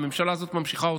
הממשלה הזאת ממשיכה אותה.